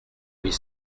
huit